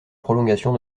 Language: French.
prolongation